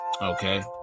Okay